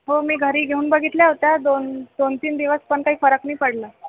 हो मी घरी घेऊन बघितल्या होत्या दोन दोन तीन दिवस पण काही फरक नाही पडला